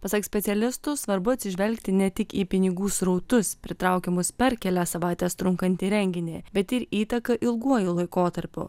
pasak specialistų svarbu atsižvelgti ne tik į pinigų srautus pritraukiamus per kelias savaites trunkantį renginį bet ir įtaką ilguoju laikotarpiu